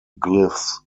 glyphs